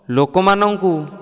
ଲୋକମାନଙ୍କୁ